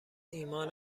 ایمان